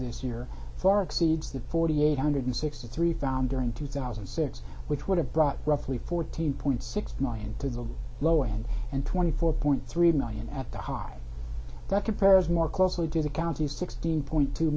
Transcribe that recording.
this year far exceeds the forty eight hundred sixty three found during two thousand and six which would have brought roughly fourteen point six million to the low end and twenty four point three million at the high that compares more closely to the county's sixteen point two